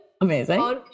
Amazing